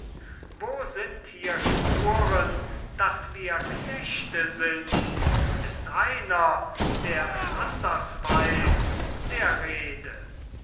wo sind hier spuren dass wir knechte sind ist einer der es anders weiss der rede